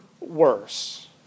worse